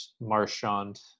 Marchand